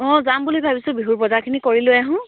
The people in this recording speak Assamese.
অঁ যাম বুলি ভাবিছোঁ বিহুৰ বজাৰখিনি কৰি লৈ আহোঁ